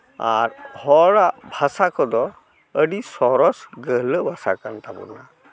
ᱟᱨ ᱦᱚᱲᱟᱜ ᱵᱷᱟᱥᱟ ᱠᱚᱫᱚ ᱟᱹᱰᱤ ᱥᱚᱨᱚᱥ ᱜᱟᱹᱦᱞᱟᱹ ᱵᱷᱟᱥᱟ ᱠᱟᱱ ᱛᱟᱵᱚᱱᱟ